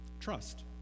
trust